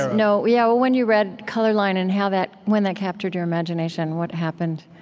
you know yeah, well, when you read color line and how that when that captured your imagination. what happened?